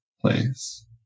place